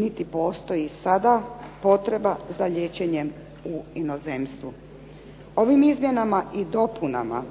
niti postoji sada potreba za liječenjem u inozemstvu. Ovim izmjenama i dopunama